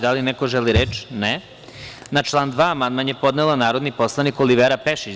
Da li neko želi reč? (Ne.) Na član 2. amandman je podnela narodni poslanik Olivera Pešić.